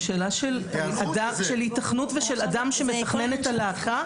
זו שאלה של היתכנות ושל אדם שמתכנן את הלהקה.